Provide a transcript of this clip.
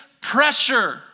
pressure